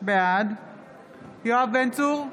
בעד יואב בן צור,